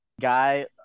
guy